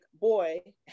boy